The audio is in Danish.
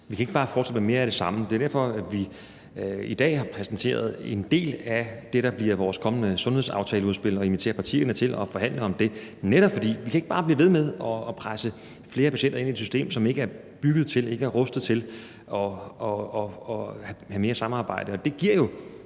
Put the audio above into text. at vi ikke bare kan foreslå noget mere af det samme, og det er derfor, at vi i dag har præsenteret en del af det, der bliver vores kommende sundhedsaftaleudspil, og inviterer partierne til at forhandle om det, altså netop fordi vi ikke bare kan blive ved med at presse flere patienter ind i et system, som ikke er bygget til, ikke er rustet til at have mere samarbejde,